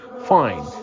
fine